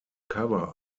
cover